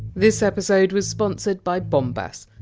this episode was sponsored by bombas,